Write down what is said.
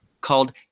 called